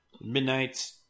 Midnight